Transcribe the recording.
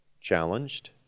challenged